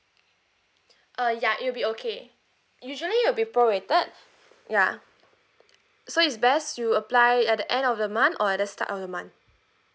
uh ya it will be okay usually will be prorated ya so is best you apply it at the end of the month or at the start of the month